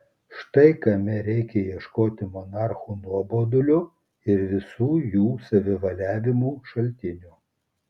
štai kame reikia ieškoti monarchų nuobodulio ir visų jų savivaliavimų šaltinio